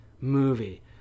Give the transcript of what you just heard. movie